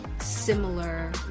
similar